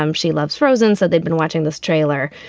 um she loves frozen so they've been watching this trailer.